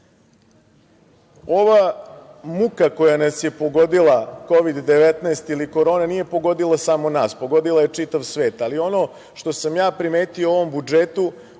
muka koja nas je pogodila, Kovid 19 ili korona, nije pogodila samo nas, pogodila je čitav svet. Ono što sam ja primetio u ovom budžetu,